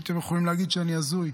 הייתם יכולים להגיד שאני הזוי,